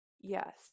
Yes